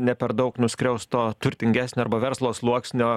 ne per daug nuskriaust to turtingesnio arba verslo sluoksnio